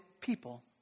people